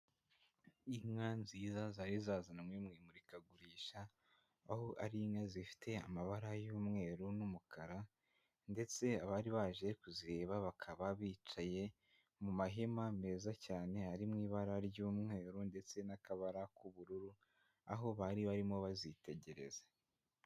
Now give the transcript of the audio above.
Inka nziza zari zazanywe mu imurikagurisha, aho ari inka zifite amabara y'umweru n'umukara, ndetse abari baje kuzireba bakaba bicaye mu mahema meza cyane, ari mu ibara ry'umweru ndetse n'akabara k'ubururu, aho bari barimo bazitegereza.